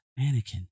Anakin